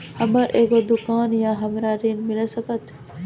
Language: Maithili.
हमर एगो दुकान या हमरा ऋण मिल सकत?